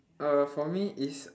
uh for me is